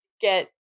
get